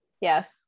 Yes